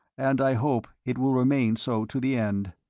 and i hope it will remain so to the end.